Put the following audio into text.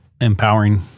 empowering